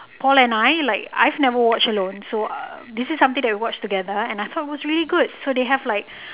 paul and I like I've never watched alone so uh this is something that we watch together and I thought it was really good so they have like